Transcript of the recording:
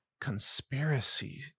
conspiracy